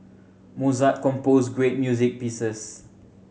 Mozart composed great music pieces